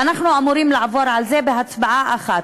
אנחנו אמורים לעבור על זה בהצבעה אחת,